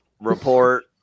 Report